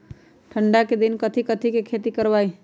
ठंडा के दिन में कथी कथी की खेती करवाई?